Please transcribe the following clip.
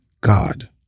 God